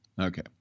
Okay